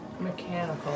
Mechanical